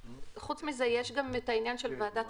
חוץ מזה יש גם את העניין של ועדת